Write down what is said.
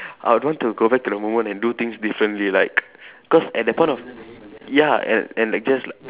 I want to go back to that moment and do things differently like cause at that point of ya and and like just like